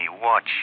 watch